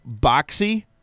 boxy